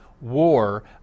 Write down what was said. war